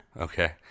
Okay